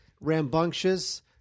rambunctious